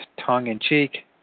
tongue-in-cheek